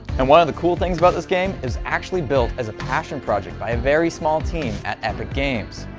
and one of the cool things about this game, is actually built as a passion project by a very small team at epic games.